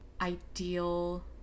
ideal